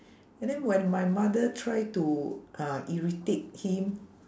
and then when my mother try to uh irritate him